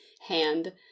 hand